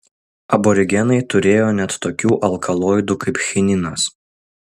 aborigenai turėjo net tokių alkaloidų kaip chininas